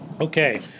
Okay